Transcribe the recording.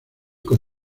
con